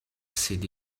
said